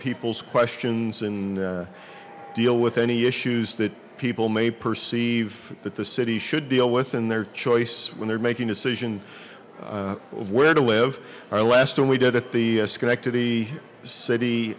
people's questions and deal with any issues that people may perceive that the city should deal with and their choice when they're making decision of where to live or less than we did at the schenectady city